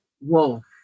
Wolf